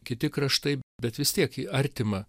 kiti kraštai bet vis tiek ji artima